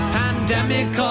pandemic